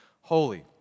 holy